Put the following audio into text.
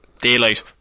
Daylight